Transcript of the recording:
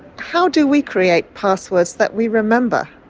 how do we create passwords that we remember?